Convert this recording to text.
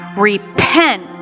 Repent